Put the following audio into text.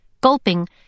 Gulping